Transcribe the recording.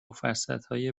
فرصتهای